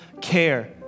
care